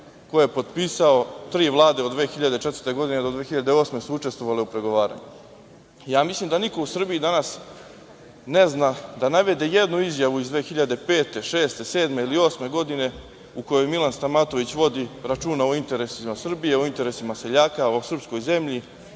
ko je potpisao. Tri Vlade od 2004. do 2008. godine su učestvovale u pregovaranju. Ja mislim da niko u Srbiji danas ne zna da navede jednu izjavu iz 2005, 2006, 2007. ili 2008. godine u kojoj Milan Stamatović vodi računa o interesima Srbije, o interesima seljaka, o srpskoj zemlji,